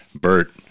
Bert